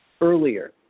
earlier